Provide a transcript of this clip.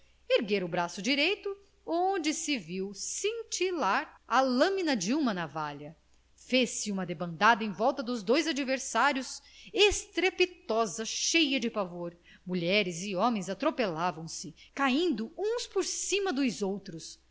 erguera o braço direito onde se viu cintilar a lamina de uma navalha fez-se uma debandada em volta dos dois adversários estrepitosa cheia de pavor mulheres e homens atropelavam se caindo uns por cima dos outros